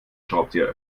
schraubenzieher